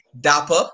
Dapper